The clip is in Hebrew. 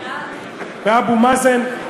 ואבו מאזן,